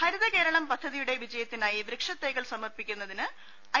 ഹരിത കേരളം പദ്ധതിയുടെ വിജയത്തിനായി വൃക്ഷത്തൈകൾ സമർപ്പിക്കുന്നതിന് ഐ